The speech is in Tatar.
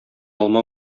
алма